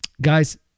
Guys